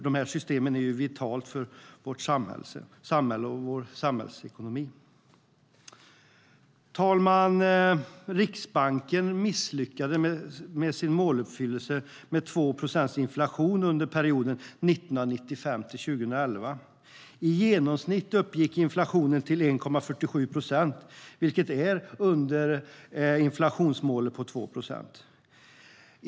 Detta system är vitalt för vårt samhälle och vår samhällsekonomi. Herr talman! Riksbanken misslyckas med sin måluppfyllelse med 2 procents inflation under perioden 1995-2011. I genomsnitt uppgick inflationen till 1,47 procent, vilket är under inflationsmålet på 2 procent.